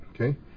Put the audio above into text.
okay